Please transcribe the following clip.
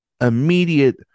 immediate